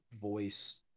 voice